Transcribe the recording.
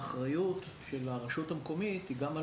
האחריות של הרשות המקומית היא גם על